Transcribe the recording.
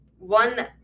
one